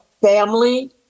family